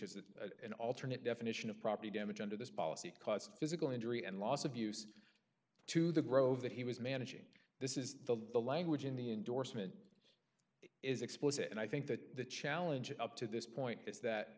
that an alternate definition of property damage under this policy caused physical injury and loss of use to the grove that he was managing this is the the language in the endorsement is explicit and i think that the challenge up to this point is that